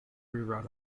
rerun